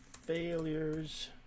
failures